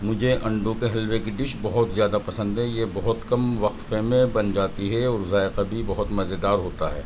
مجھے انڈوں کے حلوے کی ڈش بہت زیادہ پسند ہے یہ بہت کم وقفے میں بن جاتی ہے اور ذائقہ بھی بہت مزیدار ہوتا ہے